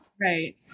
Right